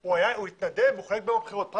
הוא התנדב בבחירות?